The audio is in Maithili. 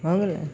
भऽ गेलै